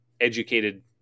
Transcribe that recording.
educated